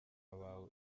bawe